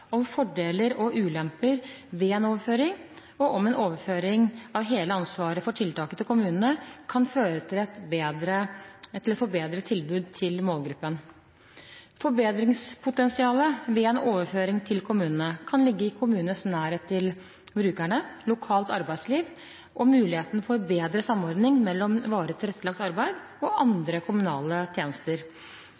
om fordeler og ulemper ved en overføring og om en overføring av hele ansvaret for tiltaket til kommunene kan føre til et forbedret tilbud til målgruppen. Forbedringspotensialet ved en overføring til kommunene kan ligge i kommunenes nærhet til brukerne, lokalt arbeidsliv og muligheten for bedre samordning mellom varig tilrettelagt arbeid og